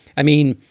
i mean,